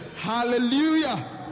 Hallelujah